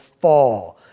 fall